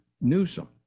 Newsom